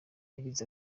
yagize